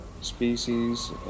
species